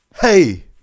Hey